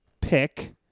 pick